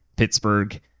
Pittsburgh